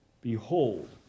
Behold